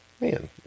Man